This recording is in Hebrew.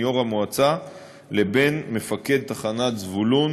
יושב-ראש המועצה לבין מפקד תחנת זבולון,